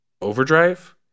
Overdrive